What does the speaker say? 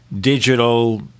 digital